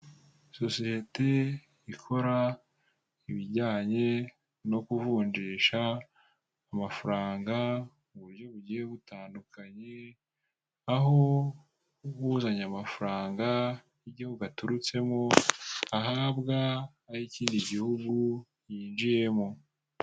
Sosiyete ikora ibijyanye no kuvunjisha amafaranga mu buryo bugiye butandukanye, aho uzanye amafaranga y'igihugu aturutsemo, ahabwa ay'ikindi gihugu yinjiyemo.